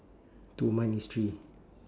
two mine is three